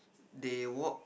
they walk